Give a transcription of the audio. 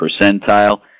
percentile